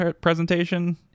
presentation